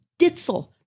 ditzel